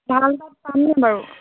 ভাল তাত পাম নাই বাৰু